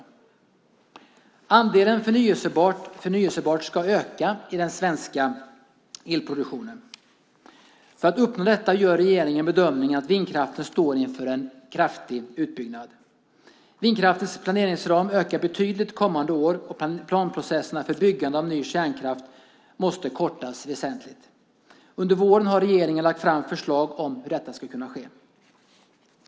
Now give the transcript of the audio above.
Andelen förnybart ska öka i den svenska elproduktionen. För att uppnå detta gör regeringen bedömningen att vindkraften står inför en kraftig utbyggnad. Vindkraftens planeringsram ökar betydligt kommande år, och planprocesserna för byggande av ny kärnkraft måste kortas väsentligt. Under våren har regeringen lagt fram förslag om hur detta ska ske.